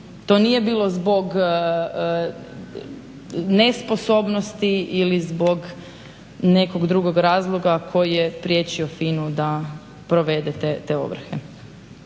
To nije bilo zbog nesposobnosti ili zbog nekog drugog razloga koji je priječio FINA-u da provede te ovrhe.